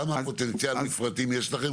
כמה פוטנציאל מפרטים יש לכם?